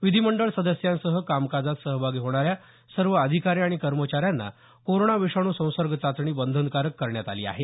विधीमंडळ सदस्यांसह कामकाजात सहभागी होणाऱ्या सर्व अधिकारी आणि कर्मचाऱ्यांना कोरोना विषाणू संसर्ग चाचणी बंधनकारक करण्यात आली आहे